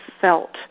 felt